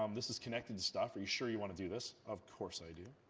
um this is connected to stuff, are you sure you want to do this. of course i do.